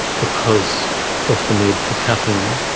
because of the need for cutting.